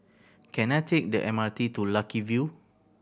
can I take the M R T to Lucky View